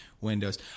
windows